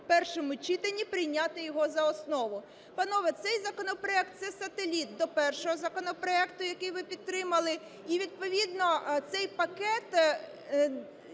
першому читанні прийняти його за основу. Панове, цей законопроект – це сателіт до першого законопроекту, який ви підтримали, і відповідно цей пакет